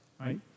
right